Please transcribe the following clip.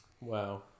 Wow